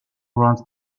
runs